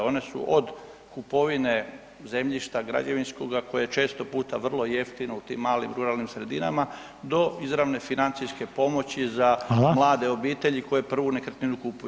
One su od kupovine zemljišta građevinskoga koje je često puta vrlo jeftino u tim malim ruralnim sredinama do izravne financijske pomoći za mlade obitelji koje prvu nekretninu kupuju.